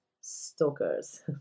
stalkers